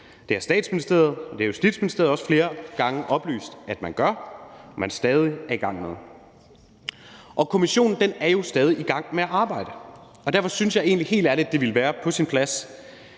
Det har Statsministeriet, og det har Justitsministeriet også flere gange oplyst man gør, og man er stadig i gang med det. Kommissionen er jo stadig i gang med at arbejde, og derfor synes jeg egentlig helt ærligt, at det ville være på sin plads,